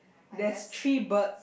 there's three birds